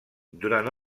durant